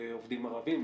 עובדים ערבים,